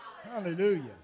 hallelujah